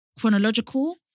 chronological